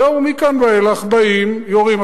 זהו, מכאן ואילך באים, יורים.